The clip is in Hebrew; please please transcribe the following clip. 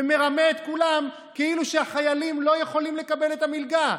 ומרמה את כולם כאילו החיילים לא יכולים לקבל את המלגה.